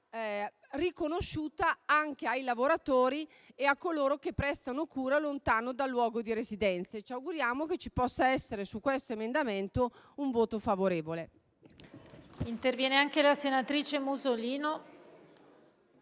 riconosciuta anche ai lavoratori e a coloro che prestano cura lontano dal luogo di residenza. Auguriamo che ci possa essere su questo emendamento un voto favorevole.